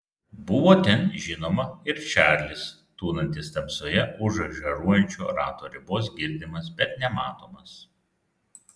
buvo ten žinoma ir čarlis tūnantis tamsoje už žaižaruojančio rato ribos girdimas bet nematomas